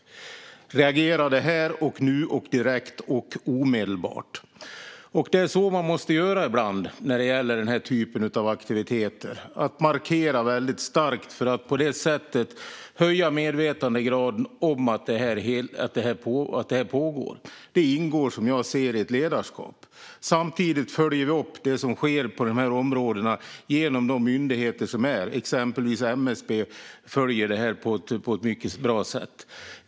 Vi reagerade här och nu, direkt och omedelbart. Det är så man måste göra ibland när det gäller den här typen av aktiviteter: markera väldigt starkt för att på det sättet höja graden av medvetande om att detta pågår. Det ingår som jag ser det i ett ledarskap. Samtidigt följer vi upp det som sker på de här områdena genom våra myndigheter. Exempelvis följer MSB detta på ett mycket bra sätt.